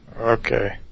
Okay